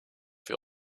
für